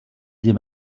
des